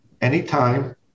anytime